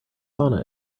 sauna